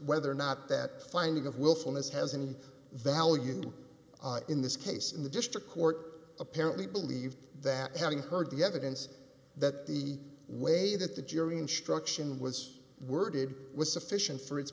whether or not that finding of willfulness has any value in this case in the district court apparently believe that having heard the evidence that the way that the jury instruction was worded was sufficient for its